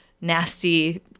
nasty